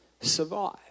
survive